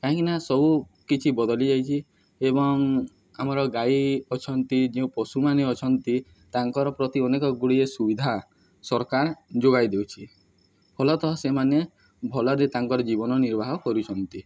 କାହିଁକିନା ସବୁ କିଛି ବଦଳି ଯାଇଚି ଏବଂ ଆମର ଗାଈ ଅଛନ୍ତି ଯେଉଁ ପଶୁମାନେ ଅଛନ୍ତି ତାଙ୍କର ପ୍ରତି ଅନେକ ଗୁଡ଼ିଏ ସୁବିଧା ସରକାର ଯୋଗାଇ ଦେଉଛି ଫଲତଃ ସେମାନେ ଭଲରେ ତାଙ୍କର ଜୀବନ ନିର୍ବାହ କରୁଛନ୍ତି